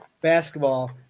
basketball